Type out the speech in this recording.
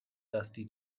dusty